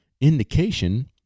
indication